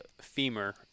femur